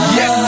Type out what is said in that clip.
Yes